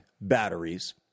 batteries